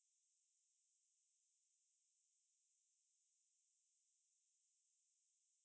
olden days so I would think the ninety six supra would be my favourite car